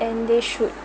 and they should